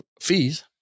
fees